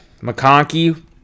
McConkey